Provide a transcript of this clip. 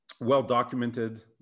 well-documented